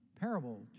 parable